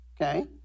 Okay